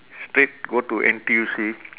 straight go to N_T_U_C